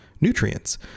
Nutrients